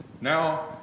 Now